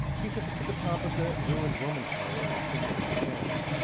he took us to the top of the ruined roman tower in the center of the town,